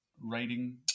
writing